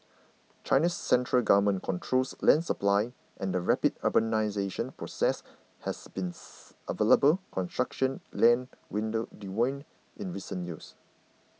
China's central government controls land supply and the rapid urbanisation process has been available construction land window dwindle in recent years